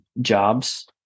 jobs